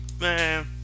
man